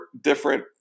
different